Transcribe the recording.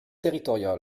territorial